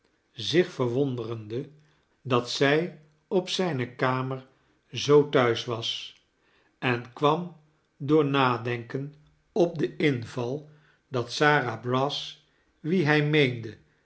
zich verwonderende dat zij op zijne kamer zoo thuis was en kwam door nadenken op den inval dat sara brass wie hij meende